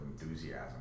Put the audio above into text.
enthusiasm